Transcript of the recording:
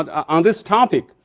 and on this topic,